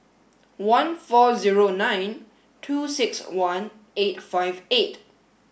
one four nine two six one eight five eight